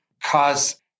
cause